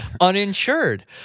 uninsured